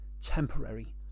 temporary